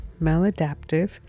maladaptive